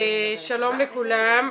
שלום לכולם,